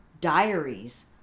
diaries